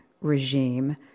regime